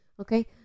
okay